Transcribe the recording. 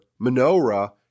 menorah